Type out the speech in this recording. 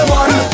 one